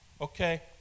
Okay